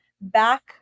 back